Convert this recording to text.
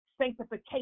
sanctification